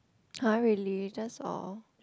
!huh! really just all